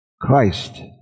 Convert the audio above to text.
Christ